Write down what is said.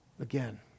again